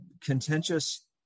contentious